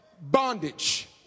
bondage